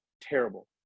terrible